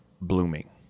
blooming